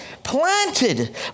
Planted